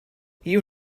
you